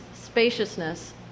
spaciousness